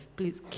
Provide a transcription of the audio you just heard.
please